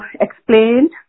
explained